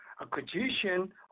acquisition